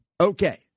Okay